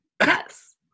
yes